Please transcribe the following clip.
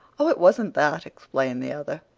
oh, it wasn't that, explained the other.